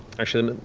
actually,